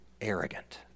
arrogant